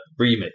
remix